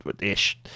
ish